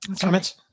Comments